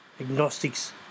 agnostics